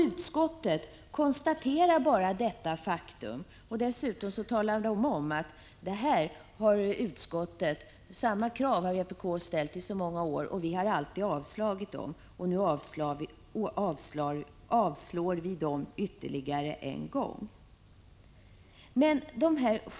Utskottet konstaterar bara detta faktum. Dessutom talar man om att vpk har ställt samma krav i många år, och utskottet har alltid avstyrkt dem. Nu avstyrker utskottet våra krav ytterligare en gång.